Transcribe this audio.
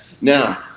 Now